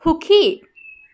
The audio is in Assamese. সুখী